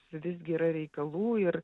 visgi yra reikalų ir